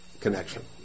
connection